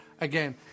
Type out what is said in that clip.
Again